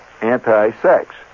anti-sex